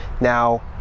Now